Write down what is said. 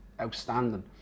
outstanding